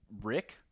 Rick